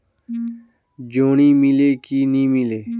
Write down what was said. जोणी मीले कि नी मिले?